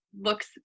looks